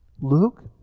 Luke